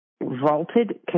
vaulted